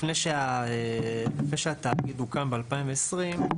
לפני שהתאגיד הוקם ב-2020,